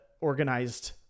organized